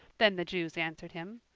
then the jews answered him,